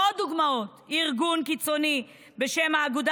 עוד דוגמאות: ארגון קיצוני בשם האגודה